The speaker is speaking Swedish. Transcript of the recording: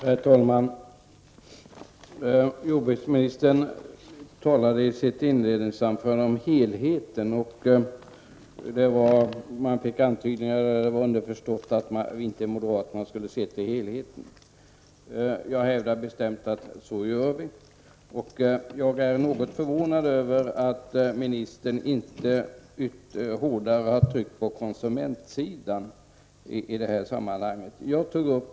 Herr talman! Jordbruksministern talade i sitt inledningsanförande om helheten. Där var underförstått att moderaterna inte skulle se till helheten. Jag hävdar bestämt att vi gör det. Jag är något förvånad över att ministern inte har betonat konsumentsidan hårdare i det här sammanhanget.